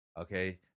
okay